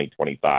2025